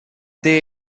they